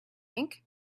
ink